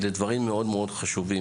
אלה דברים מאוד חשובים.